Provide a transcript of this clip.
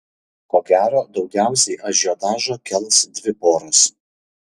ko gero daugiausiai ažiotažo kels dvi poros